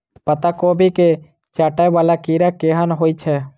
पत्ता कोबी केँ चाटय वला कीड़ा केहन होइ छै?